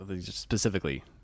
specifically